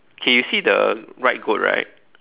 okay you see the right goat right